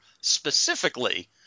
specifically